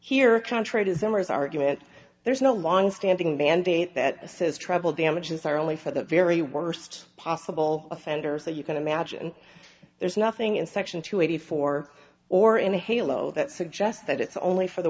here contrary to simmers argument there is no longstanding mandate that says treble damages are only for the very worst possible offenders that you can imagine there's nothing in section two eighty four or in halo that suggests that it's only for the